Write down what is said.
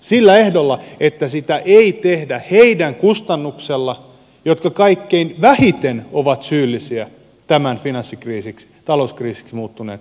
sillä ehdolla että sitä ei tehdä niiden kustannuksella jotka kaikkein vähiten ovat syyllisiä tämän talouskriisiksi muuttuneen finanssikriisin syntyyn